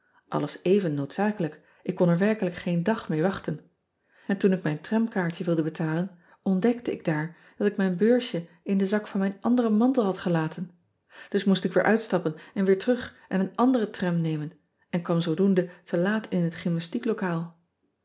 alles even noodzakelijk ik kon er werkelijk geen dag mee wachten n toen ik mijn tramkaartje wilde betalen ontdekte ik daar dat ik mijn beursje in den zak van mijn anderen mantel had gelaten us moest ik weer uitstappen en weer terug en een andere tram nemen en kwam zoodoende te laat in het